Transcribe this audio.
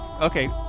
Okay